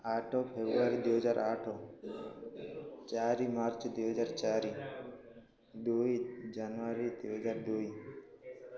ଆଠ ଫେବୃଆରୀ ଦୁଇ ହଜାର ଆଠ ଚାରି ମାର୍ଚ୍ଚ ଦୁଇ ହଜାର ଚାରି ଦୁଇ ଜାନୁଆରୀ ଦୁଇ ହଜାର ଦୁଇ